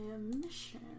mission